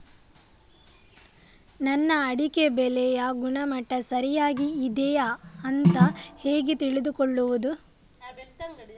ನನ್ನ ಅಡಿಕೆ ಬೆಳೆಯ ಗುಣಮಟ್ಟ ಸರಿಯಾಗಿ ಇದೆಯಾ ಅಂತ ಹೇಗೆ ತಿಳಿದುಕೊಳ್ಳುವುದು?